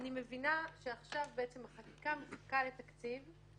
אני מבינה שעכשיו בעצם החקיקה מחכה לתקציב.